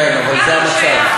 כן, אבל זה המצב.